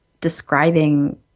describing